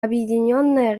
объединенная